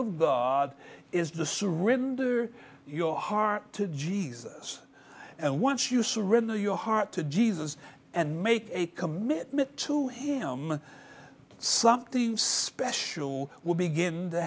e is the surrender your heart to jesus and once you surrender your heart to jesus and make a commitment to him something special will begin t